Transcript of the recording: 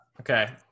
Okay